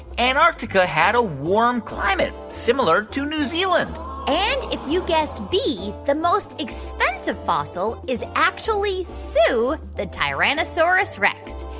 antarctica had a warm climate similar to new zealand and if you guessed b, the most expensive fossil is actually sue, the tyrannosaurus rex.